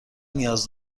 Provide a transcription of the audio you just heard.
نیاز